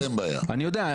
אני יודע,